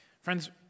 Friends